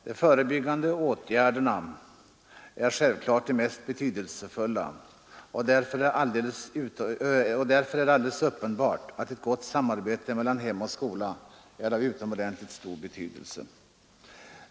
De förebyggande åtgärderna är givetvis de mest betydelsefulla, och därför är det alldeles uppenbart att ett gott samarbete mellan hem och skola är av utomordentligt stor betydelse.